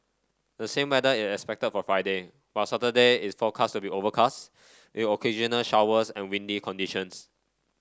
the same weather is expected for Friday while Saturday is forecast to be overcast with occasional showers and windy conditions